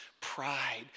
pride